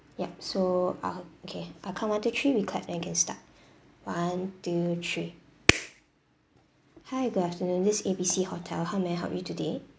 yup so uh okay I'll count one two three we clap then we can start one to three hi good afternoon this is A B C hotel how may I help you today